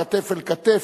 כתף אל כתף,